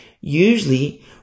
Usually